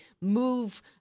move